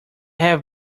have